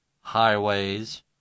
highways